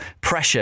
pressure